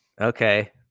Okay